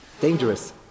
dangerous